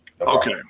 Okay